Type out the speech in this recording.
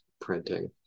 printing